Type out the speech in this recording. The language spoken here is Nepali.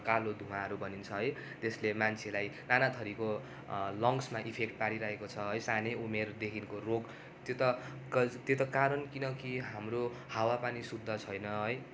कालो धुवाँहरू भनिन्छ है त्यसले मान्छेलाई नानाथरीको लङ्ग्समा इफेक्ट पारिरहेको छ है सानै उमेरदेखिको रोग त्यो त त्यो त कारण किनकि हाम्रो हावा पानी शुद्ध छैन है